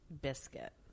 biscuit